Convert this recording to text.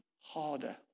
harder